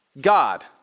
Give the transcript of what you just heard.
God